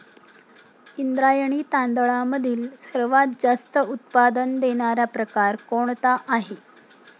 इंद्रायणी तांदळामधील सर्वात जास्त उत्पादन देणारा प्रकार कोणता आहे?